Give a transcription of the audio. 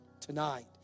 tonight